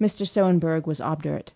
mr. sohenberg was obdurate.